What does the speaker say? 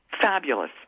Fabulous